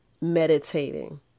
Meditating